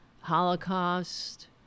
holocaust